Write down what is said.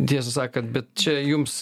tiesą sakan bet čia jums